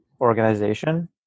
organization